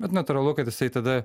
bet natūralu kad jisai tada